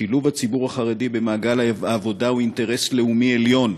שילוב הציבור החרדי במעגל העבודה הוא אינטרס לאומי עליון,